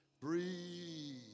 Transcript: Breathe